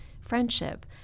friendship